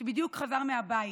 שבדיוק חזר מהבית.